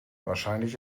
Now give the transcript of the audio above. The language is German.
wahrscheinlich